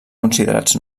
considerats